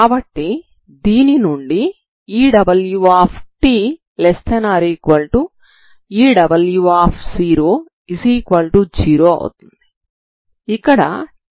కాబట్టి దీని నుండి Ewt≤Ew00 అవుతుంది ఇక్కడ t≤0 అవుతుంది